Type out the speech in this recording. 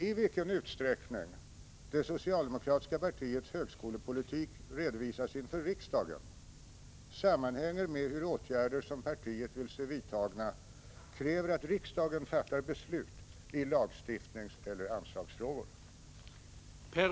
I vilken utsträckning det socialdemokratiska partiets högskolepolitik redovisas inför riksdagen sammanhänger med hur åtgärder som partiet vill se vidtagna kräver att riksdagen fattar beslut i lagstiftningseller anslagsfrågor.